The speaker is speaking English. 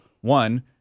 one